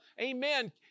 amen